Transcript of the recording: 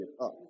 up